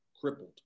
crippled